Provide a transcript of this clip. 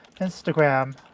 Instagram